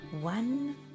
one